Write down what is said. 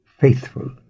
faithful